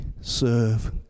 serve